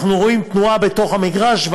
אנחנו רואים תנועה בתוך המגרש.